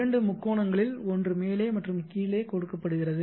இரண்டு முக்கோணங்களில் ஒன்று மேலே மற்றும் கீழே கொடுக்கப்படுகிறது